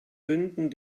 binden